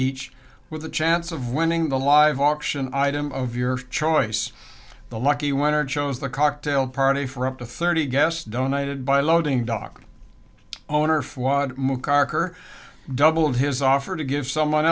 each with a chance of winning the live auction item of your choice the lucky winner chose the cocktail party for up to thirty guests donated by a loading dock owner flawed mubarak or double of his offer to give someone